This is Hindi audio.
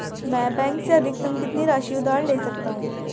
मैं बैंक से अधिकतम कितनी राशि उधार ले सकता हूँ?